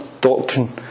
doctrine